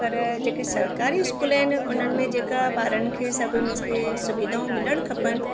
पर जेके सरकारी स्कूल आहिनि उन्हनि में जेका ॿारनि खे सभु मींस खे सुविधाऊं मिलणु खपनि